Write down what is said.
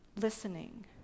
listening